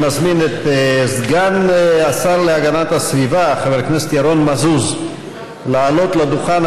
אני מזמין את סגן השר להגנת הסביבה חבר הכנסת ירון מזוז לעלות לדוכן